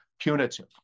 punitive